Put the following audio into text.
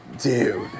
Dude